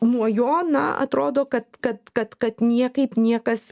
nuo jo na atrodo kad kad kad kad niekaip niekas